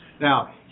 Now